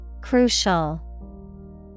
Crucial